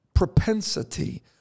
propensity